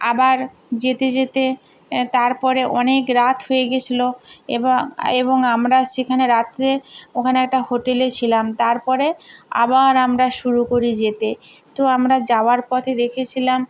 আবার যেতে যেতে তার পরে অনেক রাত হয়ে গিয়েছিল এবং এবং আমরা সেখানে রাত্রে ওখানে একটা হোটেলে ছিলাম তার পরে আবার আমরা শুরু করি যেতে তো আমরা যাওয়ার পথে দেখেছিলাম